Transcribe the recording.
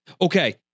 okay